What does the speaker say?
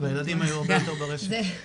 המציאות מאזנת את עצמה.